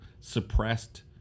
suppressed